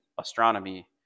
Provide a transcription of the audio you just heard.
astronomy